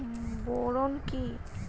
Boron কি?